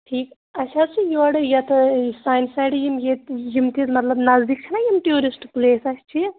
ٹھیٖک اَسہِ حظ چھِ یورٕ یَتہٕ یہِ سانہِ سایڈٕ یِم ییٚتہِ یِم تہِ مطلب نزدیٖک چھِنہ یِم ٹیوٗرِسٹ پٕلیس اَسہِ چھِ یہِ